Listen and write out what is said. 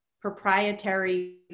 proprietary